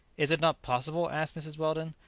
is it not possible, asked mrs weldon,